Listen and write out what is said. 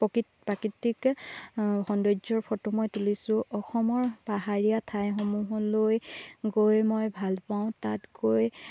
প্ৰকৃত প্ৰাকৃতিক সৌন্দৰ্যৰ ফটো মই তুলিছোঁ অসমৰ পাহাৰীয়া ঠাইসমূহলৈ গৈ মই ভালপাওঁ তাত গৈ